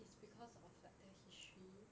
it's because of like their history